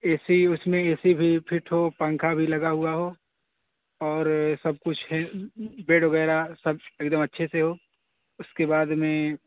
اے C اس میں A C بھی فٹ ہو پنکھا بھی لگا ہوا ہو اور سب کچھ ہے بیڈ وغیرہ سب ایک دم اچھے سے ہو اس کے بعد میں